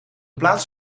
plaats